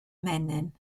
menyn